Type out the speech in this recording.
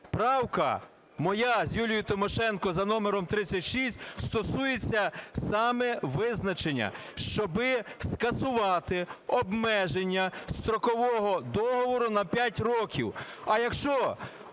Правка моя з Юлією Тимошенко за номером 36 стосується саме визначення, щоб скасувати обмеження строкового договору на 5 років.